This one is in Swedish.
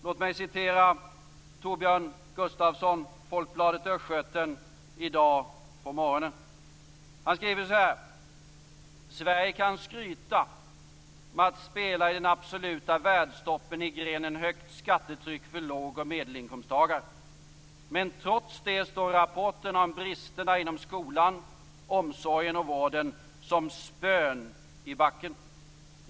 Låt mig citera Torbjörn Gustavsson, Folkbladet Östgöten i dag på morgonen: "Sverige kan skryta med att spela i den absoluta världstoppen i grenen högt skattetryck för låg och medelinkomsttagare. Men trots det står rapporterna om brister inom skolan, omsorgen och vården som spön i backen."